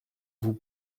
vous